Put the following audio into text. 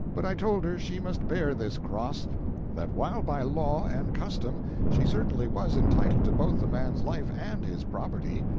but i told her she must bear this cross that while by law and custom she certainly was entitled to both the man's life and his property,